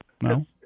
No